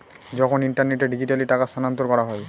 যখন ইন্টারনেটে ডিজিটালি টাকা স্থানান্তর করা হয়